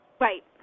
Right